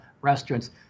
restaurants